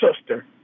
sister